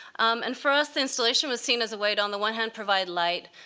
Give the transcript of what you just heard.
and for us, the installation was seen as a way to, on the one hand, provide light,